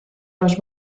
los